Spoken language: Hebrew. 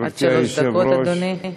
עד שלוש דקות, אדוני.